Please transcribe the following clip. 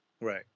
right